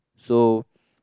so